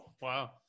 Wow